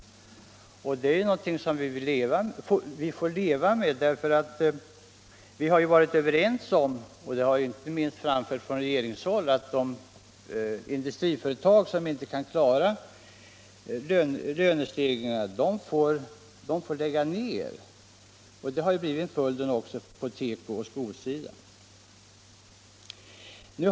Och det är något som vi får leva med. Vi har ju varit överens om — och det har understrukits inte minst från regeringshåll — att de industriföretag som inte kan klara lönestegringarna får lägga ned. Så har också följden blivit på teko och skosidan.